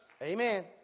Amen